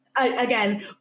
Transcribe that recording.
again